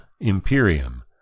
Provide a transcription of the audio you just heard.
Imperium